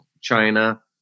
China